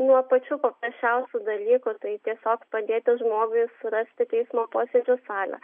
nuo pačių paprasčiausių dalykų tai tiesiog padėti žmogui surasti teismo posėdžių salę